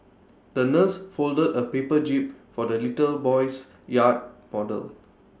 the nurse folded A paper jib for the little boy's yacht model